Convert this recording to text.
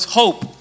hope